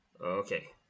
Okay